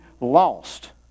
lost